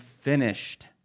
finished